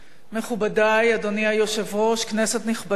מכובדי, אדוני היושב-ראש, כנסת נכבדה,